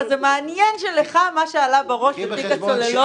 אבל זה מעניין שמה שעלה לך בראש זה תיק הצוללות.